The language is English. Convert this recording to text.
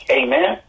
amen